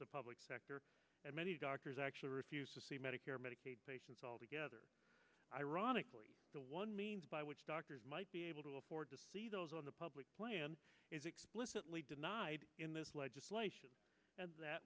the public sector and many doctors actually refuse to see medicare medicaid patients altogether ironically the one means by which doctors might be able to afford those on the public plan is explicitly denied in this legislation